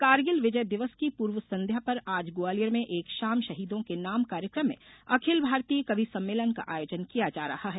कारगिल विजय दिवस की पूर्व संध्या पर आज ग्वालियर में एक शाम शहीदों के नाम कार्यक्रम में अखिल भारतीय कवि सम्मेलन का आयोजन किया जा रहा है